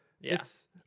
yes